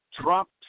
Trump